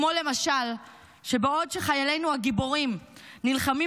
כמו למשל שבעוד שחיילינו הגיבורים נלחמים